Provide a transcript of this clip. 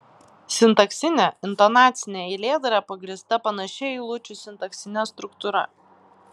sintaksinė intonacinė eilėdara pagrįsta panašia eilučių sintaksine struktūra